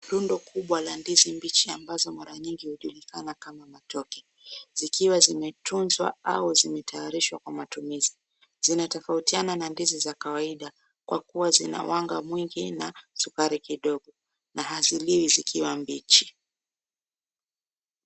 Rundo kubwa la ndizi mbichi ambazo mara nyingi hujulikana kama matoke. Zikiwa zimetunzwa au zimetayarishwa kwa matumizi. Zinatofautiana na ndizi za kawaida kwa kuwa zina wanga mwingi na sukari kidogo na haziliwi zikiwa mbichi.